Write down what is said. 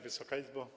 Wysoka Izbo!